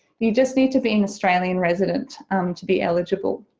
you just need to be an australian resident to be eligible.